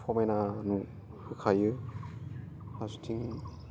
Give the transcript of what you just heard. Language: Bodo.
समायना नुखायो फारसेथिं